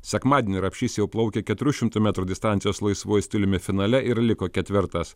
sekmadienį rapšys jau plaukė keturių šimtų metrų distancijos laisvuoju stiliumi finale ir liko ketvirtas